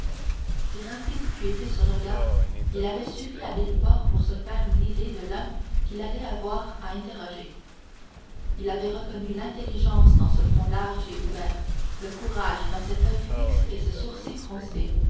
si rapide qu'eût été ce regard il avait suffi à villefort pour se faire une idée de l'homme qu'il allait avoir à interroger il avait reconnu l'intelligence dans ce front large et ouvert le courage dans cet oeil fixe et ce sourcil